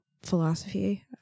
philosophy